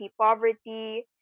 poverty